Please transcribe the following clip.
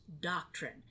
doctrine